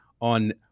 on